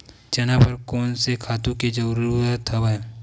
चना बर कोन से खातु के जरूरत हवय?